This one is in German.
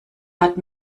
hat